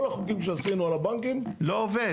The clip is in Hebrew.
כל החוקים שעשינו על הבנקים --- לא עובד.